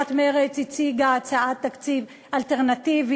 סיעת מרצ הציגה הצעת תקציב אלטרנטיבית,